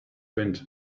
wind